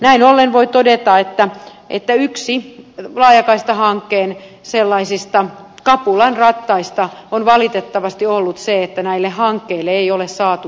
näin ollen voi todeta että yksi laajakaistahankkeen sellaisista kapulanrattaista on valitettavasti ollut se että näille hankkeille ei ole saatu toteuttajia